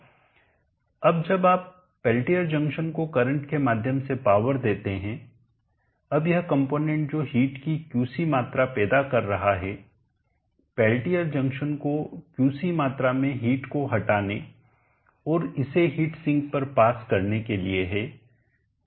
अब जब आप पेल्टियर जंक्शन को करंट के माध्यम से पावर देते हैं अब यह कंपोनेंट जो हीट की क्यूसी मात्रा पैदा कर रहा है पेल्टियर जंक्शन को क्यूसी मात्रा में हीट को हटाने और इसे हीट सिंक पर पास करने के लिए है